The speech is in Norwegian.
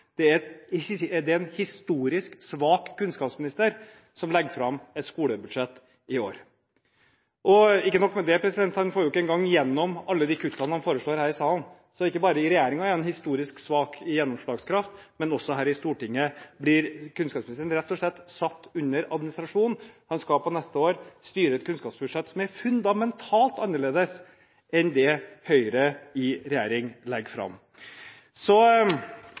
legger fram et skolebudsjett i år. Og ikke nok med det: Han får ikke engang igjennom her i salen alle de kuttene han foreslår. Så ikke bare i regjeringen har han historisk svak gjennomslagskraft, også her i Stortinget blir kunnskapsministeren rett og slett satt under administrasjon. Han skal neste år styre etter et kunnskapsbudsjett som er fundamentalt annerledes enn det Høyre i regjering la fram. Så